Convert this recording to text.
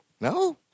no